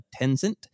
Tencent